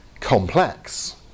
complex